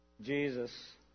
Jesus